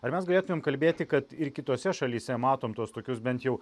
ar mes galėtumėm kalbėti kad ir kitose šalyse matome tuos tokius bent jau